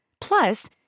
Plus